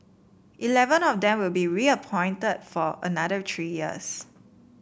eleven of them will be reappointed for another three years